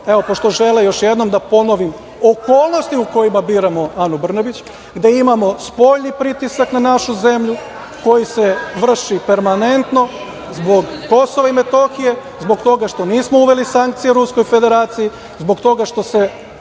evo, pošto žele još jednom da ponovim, okolnosti u kojima biramo Anu Brnabić, gde imamo spoljni pritisak na našu zemlju, koji se vrši permanentno zbog Kosova i Metohije, zbog toga što nismo uveli sankcije Ruskoj Federaciji, zbog toga što se